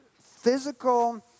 physical